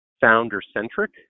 founder-centric